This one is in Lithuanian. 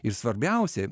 ir svarbiausia